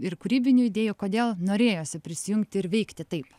ir kūrybinių idėjų kodėl norėjosi prisijungti ir veikti taip